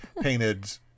painted